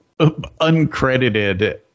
uncredited